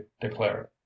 declared